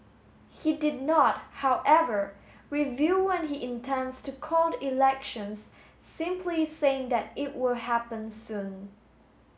he did not however reveal when he intends to call elections simply saying that it will happen soon